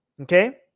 okay